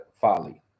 folly